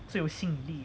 最有吸引力